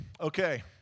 Okay